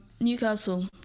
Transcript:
newcastle